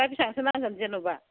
दा बिसिबांसो नांगोन जेनेबा